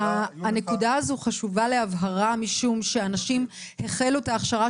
הנקודה הזו חשובה להבהרה משום שאנשים החלו את ההכשרה